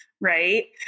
right